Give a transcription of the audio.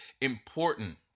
important